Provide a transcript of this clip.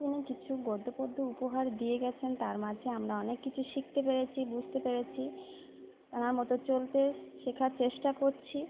তিনি কিছু গদ্য পদ্য উপহার দিয়ে গিয়েছেন তার মাঝে আমরা অনেক কিছু শিখতে পেরেছি বুঝতে পেরেছি তার মতো চলতে শেখার চেষ্টা করছি